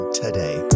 today